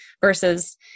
Versus